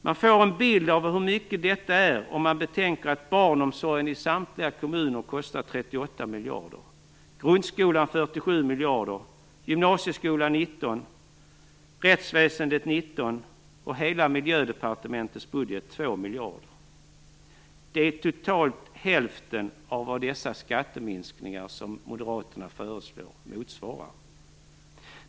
Man får en bild av hur mycket detta är om man betänker att barnomsorgen i samtliga kommuner kostar 38 miljarder, grundskolan 47 miljarder, gymnasieskolan 19 miljarder, rättsväsendet 19 miljarder och hela Miljödepartementets budget 2 miljarder. Det är totalt hälften av vad dessa skatteminskningar som Moderaterna föreslår motsvarar.